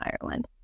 Ireland